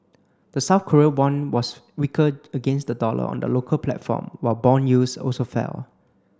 the South Korean won was weaker against the dollar on the local platform while bond yields also fell